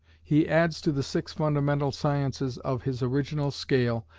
he adds to the six fundamental sciences of his original scale,